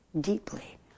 deeply